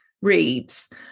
reads